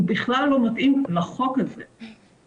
הוא בכלל לא מתאים לחוק הזה,